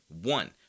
One